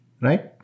right